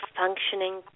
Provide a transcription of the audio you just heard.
functioning